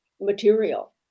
material